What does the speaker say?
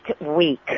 week